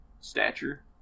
stature